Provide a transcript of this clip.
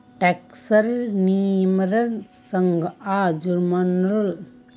टैक्सेर नियमेर संगअ जुर्मानो लगाल जाबा सखछोक